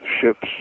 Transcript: ships